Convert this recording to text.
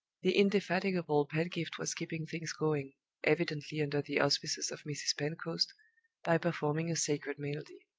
the indefatigable pedgift was keeping things going evidently under the auspices of mrs. pentecost by performing a sacred melody.